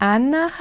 Anna